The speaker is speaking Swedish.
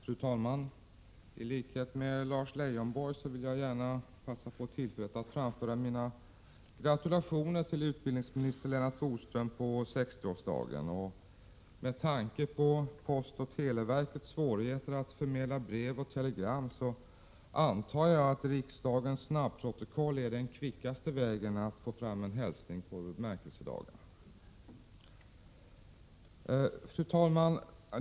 Fru talman! I likhet med Lars Leijonborg vill jag gärna passa på tillfället att framföra mina gratulationer till utbildningsminister Lennart Bodström på 60-årsdagen. Med tanke på postoch televerkens svårigheter att förmedla brev och telegram antar jag att riksdagens snabbprotokoll är den kvickaste vägen att framföra en hälsning på bemärkelsedagen. Fru talman!